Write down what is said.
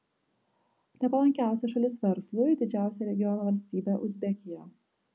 nepalankiausia šalis verslui didžiausia regiono valstybė uzbekija